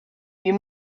you